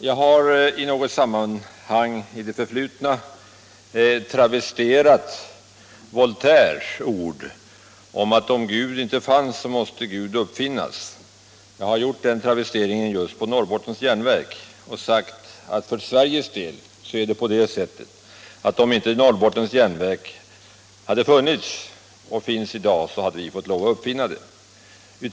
Jag har i något sammanhang i det förflutna på Norrbottens Järnverk travesterat Voltaires ord att om Gud inte fanns så måste Gud uppfinnas. För Sveriges del är det på det sättet att om inte Norrbottens Järnverk hade funnits i dag, så hade vi fått lov att uppfinna det.